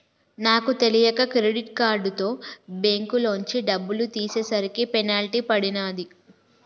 నాకు తెలియక క్రెడిట్ కార్డుతో బ్యేంకులోంచి డబ్బులు తీసేసరికి పెనాల్టీ పడినాది